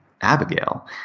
Abigail